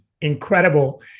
incredible